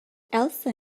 elsa